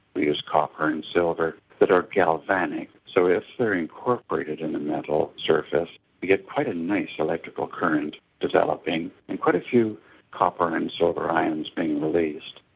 we use copper and silver, that are galvanic. so if they're incorporated in the metal surface we get quite a nice electrical current developing and quite a few copper and and silver ions being released,